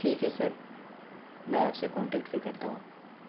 ٹھیک ہے سر میں آپ سے کانٹیکٹ پھر کرتا ہوں